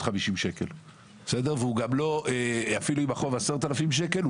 שקלים ואפילו אם החוב הוא 10,000 שקלים,